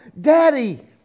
Daddy